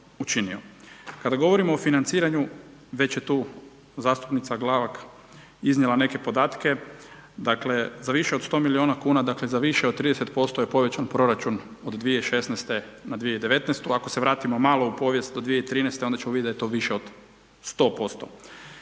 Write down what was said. Kada govorimo o financiranju, već je tu zastupnica Glavak iznijela neke podatke, dakle za više od sto milijuna kuna, dakle, za više od 30% je povećan proračun od 2016. na 2019. ako se vratimo malo u povijest u 2013. onda ćemo vidjeti da je to više od 100%.